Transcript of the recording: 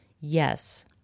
yes